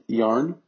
yarn